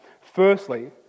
Firstly